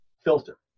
filter